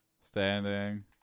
standing